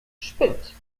spinnt